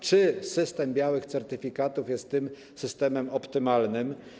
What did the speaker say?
Czy system białych certyfikatów jest tym systemem optymalnym?